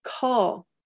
call